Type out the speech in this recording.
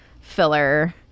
filler